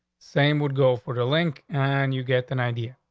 same would go for the link, and you get an idea.